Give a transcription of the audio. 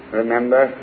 remember